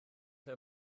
ble